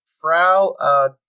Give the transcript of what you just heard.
Frau